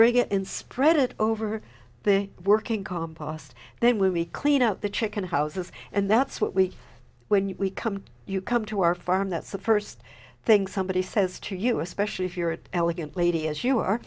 break it and spread it over the working compost then we clean out the chicken houses and that's what we when we come you come to our farm that's the first thing somebody says to you especially if you're an elegant lady as you are